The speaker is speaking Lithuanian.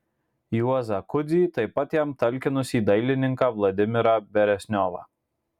juozą kudzį taip pat jam talkinusį dailininką vladimirą beresniovą